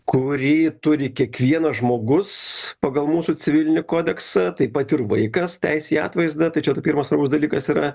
kurį turi kiekvienas žmogus pagal mūsų civilinį kodeksą taip pat ir vaikas teisę į atvaizdą tai čia tai pirmas svarbus dalykas yra